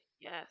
Yes